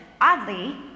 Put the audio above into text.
Oddly